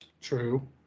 True